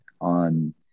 on